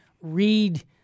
read